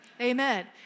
Amen